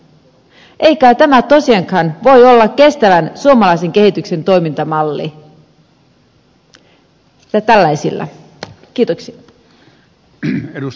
ei kai tämä tosiaankaan voi olla kestävän suomalaisen kehityksen toimintamalli